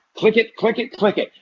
click it. click it. click it.